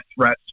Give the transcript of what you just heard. threats